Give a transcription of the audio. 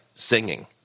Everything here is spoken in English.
singing